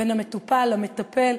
בין המטופל למטפל,